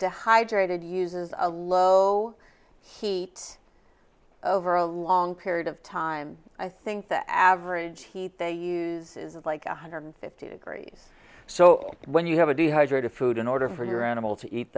dehydrated uses a low heat over a long period of time i think the average heat they use is like one hundred fifty degrees so when you have a d hydrated food in order for your animal to eat